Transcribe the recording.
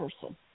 person